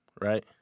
right